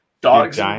Dogs